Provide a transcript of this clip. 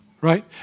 right